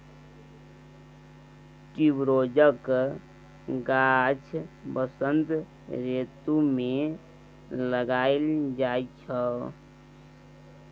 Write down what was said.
ट्युबरोजक गाछ बसंत रितु मे लगाएल जाइ छै